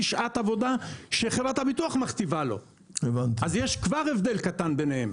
שעת עבודה שחברת הביטוח מכתיבה לו ולכן כבר יש הבדל ביניהם.